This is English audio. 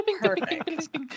perfect